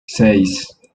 seis